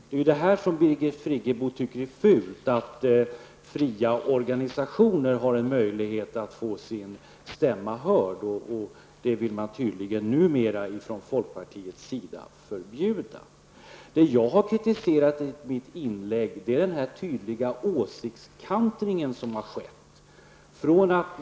Det är detta som Birgit Friggebo tycker är fult, att fria organisationer har en möjlighet att göra sin stämma hörd. Det vill folkpartiet tydligen numera förbjuda. Det jag har kritiserat i mitt inlägg är den tydliga åsiktskantring som har skett.